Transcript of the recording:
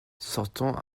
sortant